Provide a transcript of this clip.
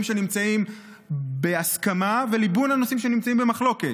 שנמצאים בהסכמה וליבון הנושאים שנמצאים במחלוקת.